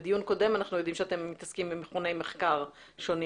בדיון קודם אנחנו יודעים שאתם מתעסקים עם מכוני מחקר שונים.